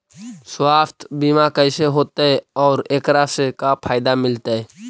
सवासथ बिमा कैसे होतै, और एकरा से का फायदा मिलतै?